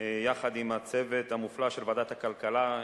יחד עם הצוות המופלא של ועדת הכלכלה,